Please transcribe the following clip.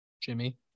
jimmy